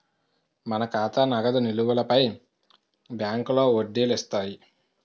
మన ఖాతా నగదు నిలువులపై బ్యాంకులో వడ్డీలు ఇస్తాయి